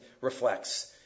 reflects